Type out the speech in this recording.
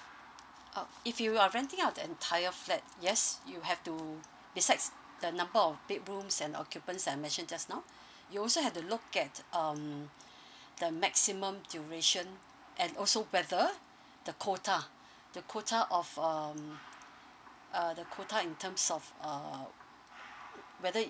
oh if you are renting out the entire flat yes you have to besides the number of bedrooms and occupants that I mentioned just now you also have to look at um the maximum duration and also whether the quota the quota of um uh the quota in terms of uh whether